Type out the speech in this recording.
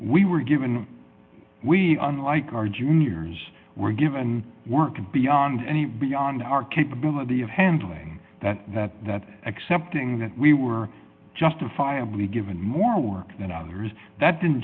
we were given we unlike our juniors were given work and beyond any beyond our capability of handling that that that accepting that we were justifiably given more work than others that didn't